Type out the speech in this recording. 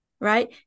right